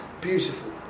beautiful